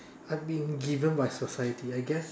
I've been given by society I guess